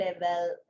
level